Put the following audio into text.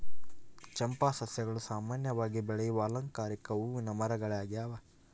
ಚಂಪಾ ಸಸ್ಯಗಳು ಸಾಮಾನ್ಯವಾಗಿ ಬೆಳೆಯುವ ಅಲಂಕಾರಿಕ ಹೂವಿನ ಮರಗಳಾಗ್ಯವ